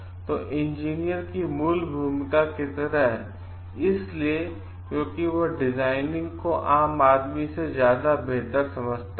तो इंजीनियर की मूल भूमिका की तरह इसलिए क्योंकि वह डिजाइनिंग को आम आदमी से ज्यादा बेहतर समझता है